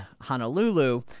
Honolulu